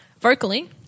Vocally